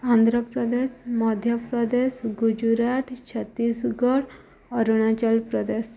Andhra Pradesh Madhya Pradesh Gujarat Chhattisgarh Arunachal Pradesh